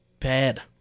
bad